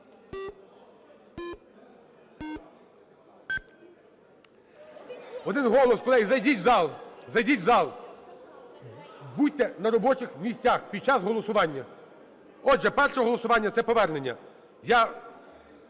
Один голос. Колеги, зайдіть в зал, зайдіть в зал. Будьте на робочих місцях під час голосування. Отже, перше голосування – це повернення.